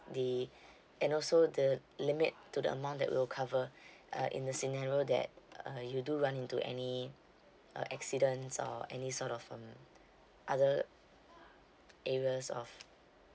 the and also the limit to the amount that we'll cover uh in the scenario that uh you do run into any uh accidents or any sort of um other areas of